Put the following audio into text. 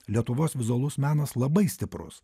lietuvos vizualus menas labai stiprus